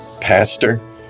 pastor